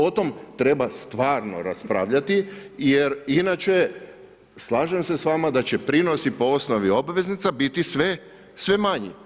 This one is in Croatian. O tom treba stvarno raspravljati jer inače slažem se s vama da će prinosi po osnovi obveznica biti sve manji.